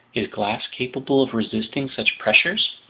is glass capable of resisting such pressures?